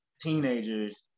teenagers